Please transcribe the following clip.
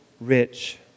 rich